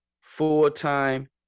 full-time